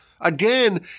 again